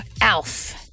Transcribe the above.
ALF